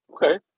Okay